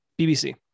bbc